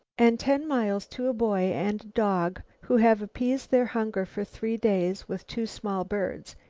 and ten miles to a boy and dog who have appeased their hunger for three days with two small birds,